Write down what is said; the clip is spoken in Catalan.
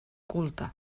culte